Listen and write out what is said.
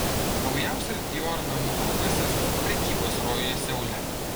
naujausias dior namų adresas prekybos rojuje seule